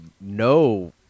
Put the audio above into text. no